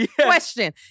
question